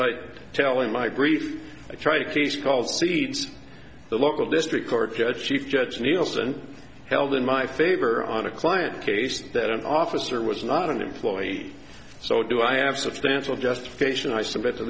like telling my grief i try to teach called seeds the local district court judge chief judge nielsen held in my favor on a client case that an officer was not an employee so do i have substantial justification i submit to